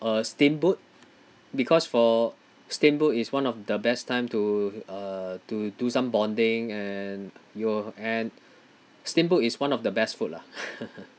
uh steamboat because for steamboat is one of the best time to uh to do some bonding and you and steamboat is one of the best food lah